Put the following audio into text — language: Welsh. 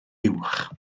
uwch